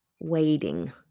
waiting